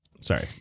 Sorry